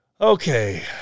Okay